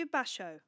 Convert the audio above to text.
Basho